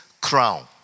crown